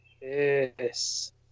Yes